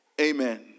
Amen